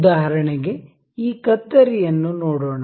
ಉದಾಹರಣೆಗೆ ಈ ಕತ್ತರಿ ಯನ್ನು ನೋಡೋಣ